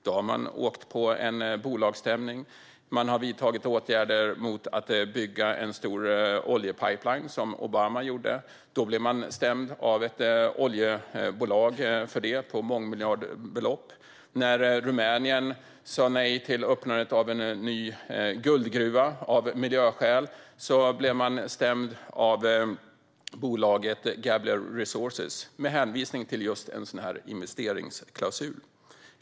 Då har man åkt på en bolagsstämning. Man har vidtagit åtgärder mot att bygga en stor oljepipeline, som Obama gjorde. Då blev man stämd på mångmiljardbelopp av ett oljebolag. När Rumänien av miljöskäl sa nej till öppnandet av en ny guldgruva blev man stämd av bolaget Gabriel Resources med hänvisning till just en sådan investeringsklausul.